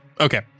okay